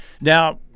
Now